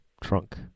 trunk